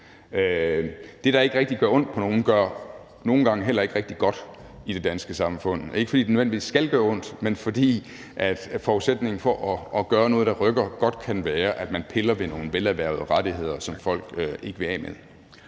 Det, der ikke rigtig gør ondt på nogen, gør nogle gange heller ikke rigtig godt i det danske samfund, ikke fordi det nødvendigvis skal gøre ondt, men fordi forudsætningen for at gøre noget, der rykker, godt kan være, at man piller ved nogle velerhvervede rettigheder, som folk ikke vil af med.